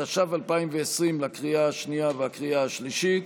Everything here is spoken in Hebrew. התש"ף 2020, לקריאה השנייה והקריאה השלישית.